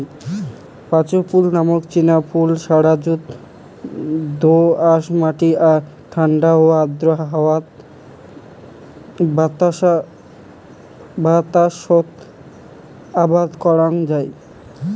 পাঁচু ফুল নামক চিনা ফুলক সারযুত দো আঁশ মাটি আর ঠান্ডা ও আর্দ্র হাওয়া বাতাসত আবাদ করাং যাই